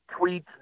tweets